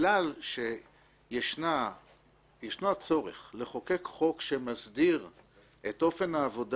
בגלל שישנו הצורך לחוקק חוק שמסדיר את אופן העבודה